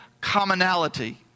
commonality